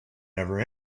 never